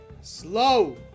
Slow